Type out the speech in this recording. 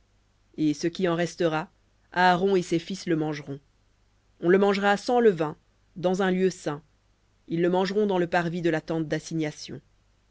et ce qui en restera aaron et ses fils le mangeront on le mangera sans levain dans un lieu saint ils le mangeront dans le parvis de la tente d'assignation